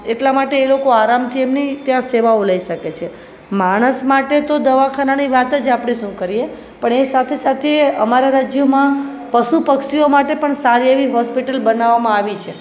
એટલા માટે એ લોકો આરામથી એમની ત્યાં સેવાઓ લઈ શકે માણસ માટે તો દવાખાનાની વાત જ આપણે શું કરીએ પણ એ સાથે સાથે અમારા રાજ્યમાં પશુ પક્ષીઓ માટે પણ સારી એવી હોસ્પિટલ બનાવામાં આવી છે